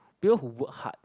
people who work hard